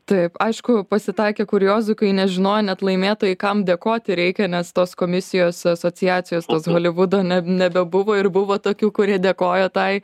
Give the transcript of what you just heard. taip aišku pasitaikė kuriozų kai nežinojo net laimėtojai kam dėkoti reikia nes tos komisijos asociacijos tos holivudo ne nebebuvo ir buvo tokių kurie dėkojo tai